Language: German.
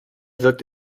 wirkt